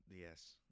Yes